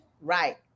Right